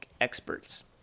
experts